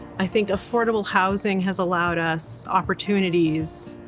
i think affordable housing has allowed us opportunities